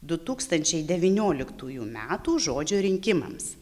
du tūkstančiai devynioliktųjų metų žodžio rinkimams